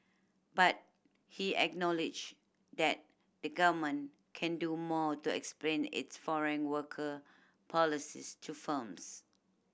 but he acknowledged that the Government can do more to explain its foreign worker policies to firms